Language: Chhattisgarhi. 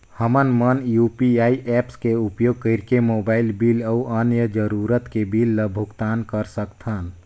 हमन मन यू.पी.आई ऐप्स के उपयोग करिके मोबाइल बिल अऊ अन्य जरूरत के बिल ल भुगतान कर सकथन